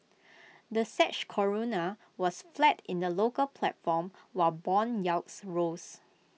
the Czech Koruna was flat in the local platform while Bond yields rose